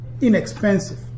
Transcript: inexpensive